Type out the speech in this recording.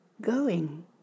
going